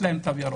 יש להם תו ירוק.